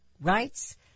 rights